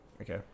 okay